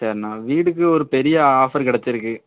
சரிண்ணா வீடுக்கு ஒரு பெரிய ஆஃபர் கிடைச்சிருக்கு